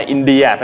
India